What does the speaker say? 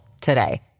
today